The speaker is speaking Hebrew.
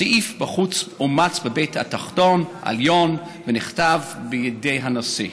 הסעיף בחוק אומץ בבית התחתון והעליון ונחתם בידי הנשיא.